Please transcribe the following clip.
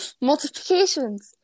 multiplications